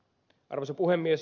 arvoisa puhemies